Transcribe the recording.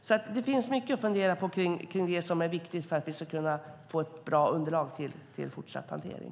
Det finns alltså mycket att fundera på som är viktigt för att vi ska kunna få ett bra underlag till fortsatt hantering.